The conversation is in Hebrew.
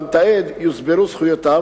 למתעד יוסברו זכויותיו,